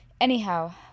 anyhow